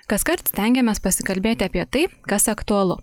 kaskart stengiamės pasikalbėti apie tai kas aktualu